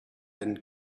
and